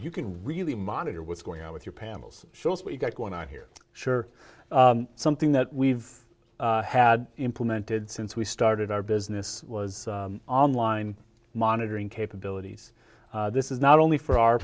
you can really monitor what's going on with your panels show us what you've got going on here sure something that we've had implemented since we started our business was online monitoring capabilities this is not only for our